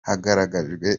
hagaragajwe